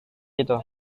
itu